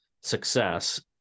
success